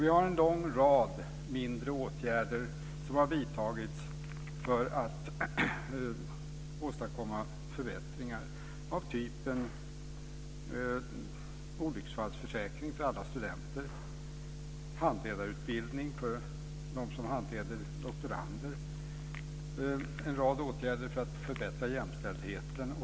Vi har en lång rad mindre åtgärder som har vidtagits för att åstadkomma förbättringar av typen olycksfallsförsäkring för alla studenter, handledarutbildning för dem som handleder doktorander och en rad åtgärder för att förbättra jämställdheten.